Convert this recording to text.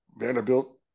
Vanderbilt